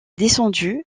descendu